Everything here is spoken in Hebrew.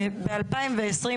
ב-2020,